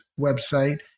website